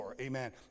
Amen